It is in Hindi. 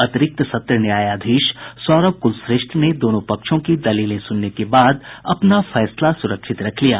अतिरिक्त सत्र न्यायाधीश सौरभ कुलश्रेष्ठ ने दोनों पक्षों की दलीलें सुनने के बाद अपना फैसला सुरक्षित रख लिया